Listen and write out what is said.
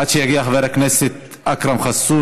עד שיגיע חבר הכנסת אכרם חסון,